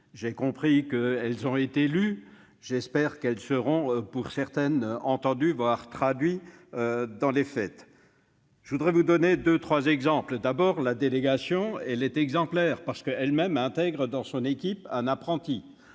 J'ai compris qu'elles avaient été lues : j'espère qu'elles seront pour certaines entendues, voire traduites dans les faits. Je voudrais vous donner deux ou trois exemples. Tout d'abord, la délégation est exemplaire, parce qu'elle intègre elle-même un apprenti